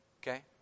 Okay